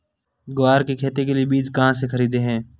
ग्वार की खेती के लिए बीज कहाँ से खरीदने हैं?